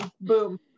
boom